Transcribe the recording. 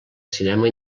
cinema